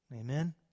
Amen